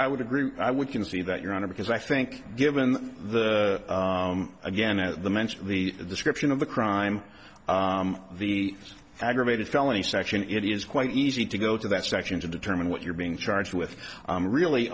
i would agree i we can see that you're on it because i think given the again at the mention of the description of the crime the aggravated felony section it is quite easy to go to that section to determine what you're being charged with really